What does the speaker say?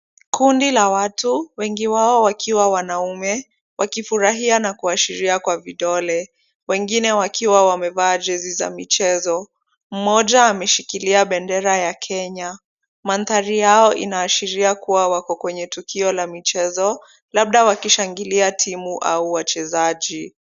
Kundi la watu, wengi wao wakiwa wanaume, wakifurahia na kuashiria kwa vidole. Wengine wakiwa wamevaa jezi za michezo. Mmoja ameshikilia bendera ya Kenya. Maandhari yao inaashiria kuwa wako kwenye tukio la michezo, labda wakishangilia timu au wachezaji.